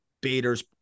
Bader's